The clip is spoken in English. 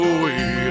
away